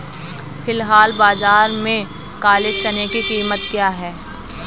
फ़िलहाल बाज़ार में काले चने की कीमत क्या है?